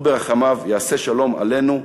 הוא ברחמיו יעשה שלום עלינו,